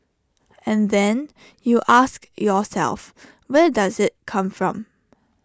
and then you ask yourself where does IT come from